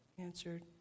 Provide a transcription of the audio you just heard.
answered